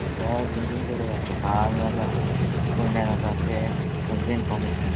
गोंय दोन तीन कडे जाता साळान जाता कुडण्या जाता तें खंयचे इन्फोर्मेशन